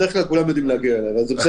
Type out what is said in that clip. בדרך כלל כולם יודעים להגיע אליי.